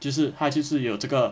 就是他就是有这个